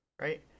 right